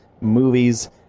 movies